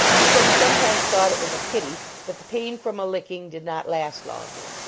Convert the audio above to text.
he said he sometimes thought it was a pity that the pain from a licking did not last longer.